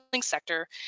sector